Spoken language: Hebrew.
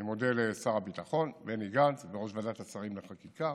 אני מודה לשר הביטחון בני גנץ שבראש ועדת השרים לחקיקה,